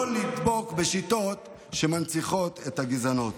לא לדבוק בשיטות שמנציחות את הגזענות.